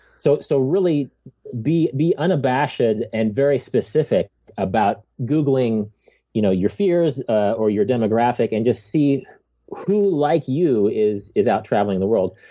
so so really be be unabashed and very specific about googling you know your fears or your demographic, and just see who like you is is out traveling the world.